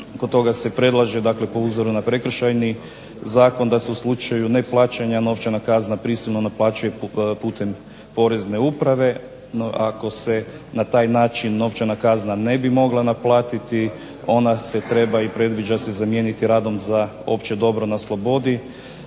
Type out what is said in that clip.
Kod toga se predlaže dakle po uzoru na Prekršajni zakon da se u slučaju neplaćanja novčana kazna prisilno naplaćuje putem porezne uprave, no ako se na taj način novčana kazna ne bi mogla naplatiti ona se treba i predviđa se zamijeniti radom za opće dobro na slobodi,